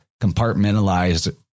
compartmentalized